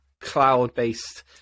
cloud-based